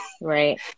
Right